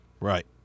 Right